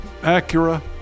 Acura